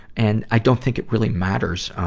and i don't think it really matters, ah,